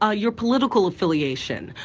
ah your political affiliation,